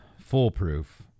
foolproof